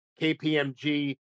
KPMG